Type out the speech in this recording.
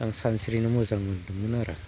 आं सानस्रिनो मोजां मोन्दोंमोन आरो